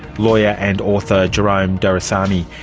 lawyer and author jerome doraisamy.